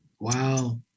Wow